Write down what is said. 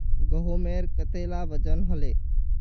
गहोमेर कतेला वजन हले